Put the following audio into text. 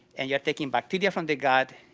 and you are taking bacteria from the gut,